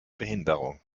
behinderung